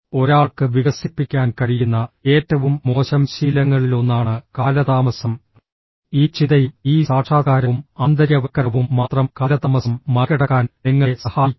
ഒരാൾക്ക് വികസിപ്പിക്കാൻ കഴിയുന്ന ഏറ്റവും മോശം ശീലങ്ങളിലൊന്നാണ് കാലതാമസം ഈ ചിന്തയും ഈ സാക്ഷാത്കാരവും ആന്തരികവൽക്കരണവും മാത്രം കാലതാമസം മറികടക്കാൻ നിങ്ങളെ സഹായിക്കും